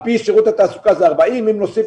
על פי שירות התעסוקה זה 40 אחוזים ואם נוסיף